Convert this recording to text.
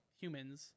humans